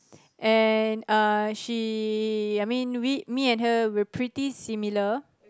and uh she I mean we me and her we're pretty similar